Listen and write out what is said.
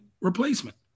replacement